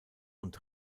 und